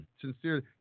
sincerely